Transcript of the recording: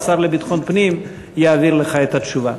השר לביטחון פנים יעביר לך את התשובה.